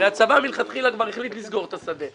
הרי הצבא מלכתחילה כבר החליט לסגור את השדה,